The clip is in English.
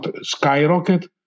skyrocket